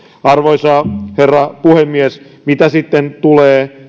arvoisa herra puhemies mitä tulee